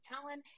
talent